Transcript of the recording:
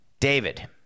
David